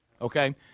Okay